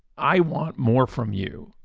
i want more from you.